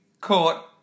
caught